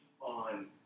on